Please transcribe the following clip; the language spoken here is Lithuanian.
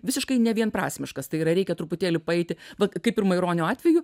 visiškai nevienprasmiškas tai yra reikia truputėlį paeiti va kaip ir maironio atveju